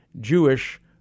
Jewish